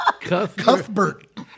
Cuthbert